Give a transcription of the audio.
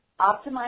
Optimize